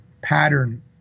pattern